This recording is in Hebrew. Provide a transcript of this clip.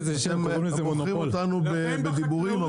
אתם מוכרים אותנו בדיבורים,